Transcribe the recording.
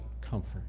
comfort